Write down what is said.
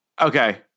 Okay